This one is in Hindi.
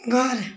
घर